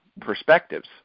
perspectives